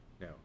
no